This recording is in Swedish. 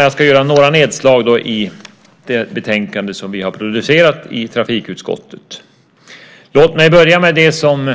Jag ska göra några nedslag i det betänkande vi har producerat i trafikutskottet. Låt mig börja med det som